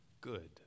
good